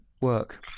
Work